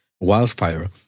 wildfire